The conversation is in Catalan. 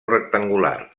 rectangular